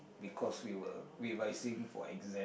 because we were revising for exam